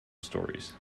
stories